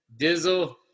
Dizzle